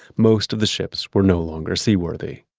most of the ships were no longer seaworthy.